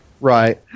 Right